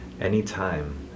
anytime